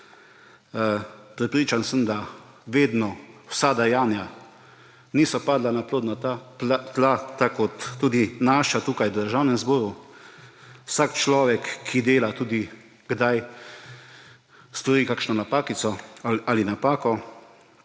Prepričan sem, da vedno vsa dejanja niso padla na plodna tla, tako kot tudi naša tukaj v Državnem zboru. Vsak človek, ki dela, tudi kdaj stori kakšno napakico ali napako.